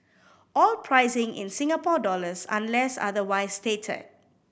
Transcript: all pricing in Singapore dollars unless otherwise stated